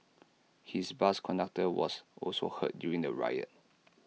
his bus conductor was also hurt during the riot